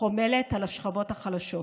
חומלת על השכבות החלשות,